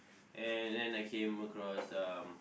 and then I came across um